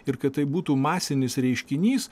ir kad tai būtų masinis reiškinys